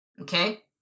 Okay